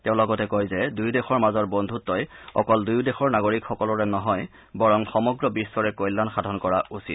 তেওঁ লগতে কয় যে দুয়ো দেশৰ মাজৰ বন্ধুতই অকল দুয়ো দেশৰ নাগৰিকসকলৰে নহয় বৰং সমগ্ৰ বিশ্বৰে কল্যাণ সাধন কৰা উচিত